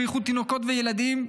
ובייחוד תינוקות וילדים,